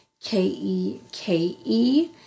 K-E-K-E